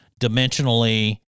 dimensionally